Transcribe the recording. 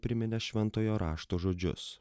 priminė šventojo rašto žodžius